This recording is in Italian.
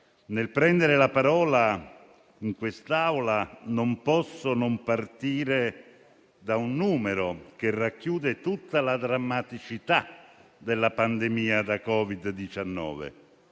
nel prendere la parola in quest'Aula non posso non partire da un numero che racchiude tutta la drammaticità della pandemia da Covid-19: